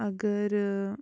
اَگر